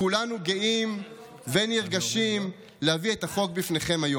הוא מחביא את זה.